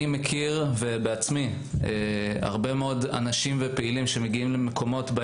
אני מכיר הרבה מאוד אנשים ופעילים שמגיעים למקומות שיש